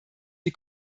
die